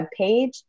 webpage